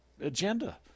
agenda